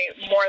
more